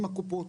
13.5,